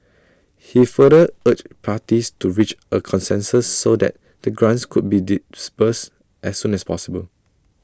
he further urged parties to reach A consensus so that the grants could be disbursed as soon as possible